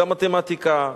גם מתמטיקה,